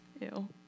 Ew